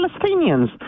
Palestinians